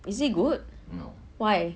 is it good why